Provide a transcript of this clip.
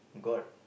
god